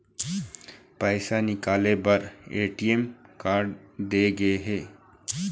पइसा निकाले बर ए.टी.एम कारड दे गे हे